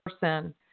person